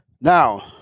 now